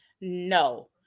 No